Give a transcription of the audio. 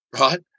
right